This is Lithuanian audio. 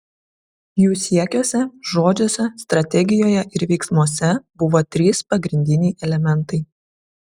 jų siekiuose žodžiuose strategijoje ir veiksmuose buvo trys pagrindiniai elementai